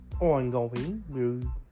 ongoing